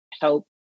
help